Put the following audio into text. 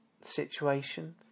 situation